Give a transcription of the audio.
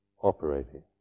operating